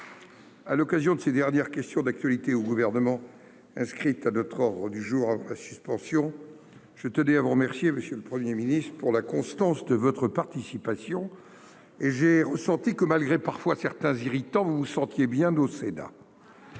à l'occasion de ces dernières questions d'actualité au gouvernement inscrite à notre ordre du jour après sa suspension, je tenais à vous remercier monsieur le 1er ministre pour la constance de votre participation, et j'ai ressenti que malgré, parfois, certains irritants, vous vous sentiez bien au Sénat.